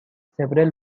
several